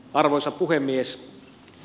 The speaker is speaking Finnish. arvoisa puhemies